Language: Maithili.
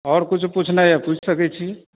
आओर किछु पूछनाइ यए पूछि सकैत छी